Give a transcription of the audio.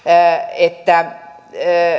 että